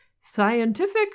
scientific